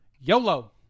YOLO